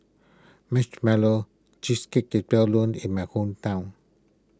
Marshmallow Cheesecake is known in my hometown